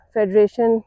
Federation